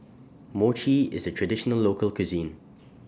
Mochi IS A Traditional Local Cuisine